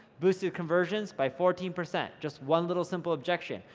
boosted conversions by fourteen percent just one little simple objection,